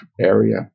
area